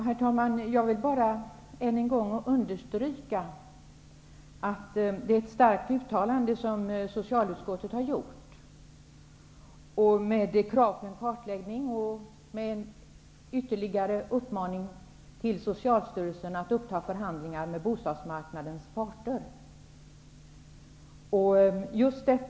Herr talman! Jag vill bara än en gång understryka att socialutskottet gjort ett starkt uttalande med krav på en kartläggning och med ytterligare en uppmaning till Socialstyrelsen att uppta förhandlingar med bostadsmarknadens parter.